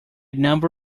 number